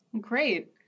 Great